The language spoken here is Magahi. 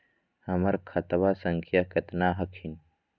हमर खतवा संख्या केतना हखिन?